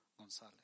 González